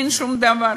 אין שום דבר.